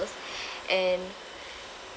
and